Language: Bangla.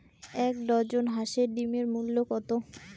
এক ডজন হাঁসের ডিমের মূল্য কত?